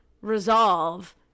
resolve